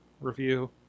review